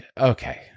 Okay